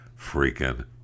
freaking